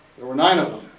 there were nine of